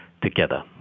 together